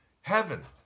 heaven